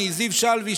זיו שלוי,